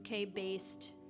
UK-based